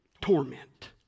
torment